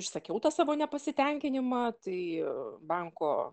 išsakiau tą savo nepasitenkinimą tai banko